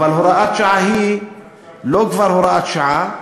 אבל הוראת שעה היא לא כבר הוראת שעה,